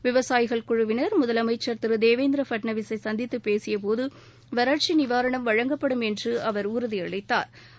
இந்த விவசாயிகள் குழுவினர் முதலமைச்சர் திரு தேவேந்திர பட்னவிசை சந்தித்து பேசிய போது வறட்சி நிவாரணம் வழங்கப்படும் என்று அவர் உறுதி அளித்தாா்